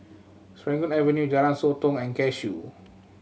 Serangoon Avenue Jalan Sotong and Cashew